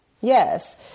Yes